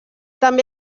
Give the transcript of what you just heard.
també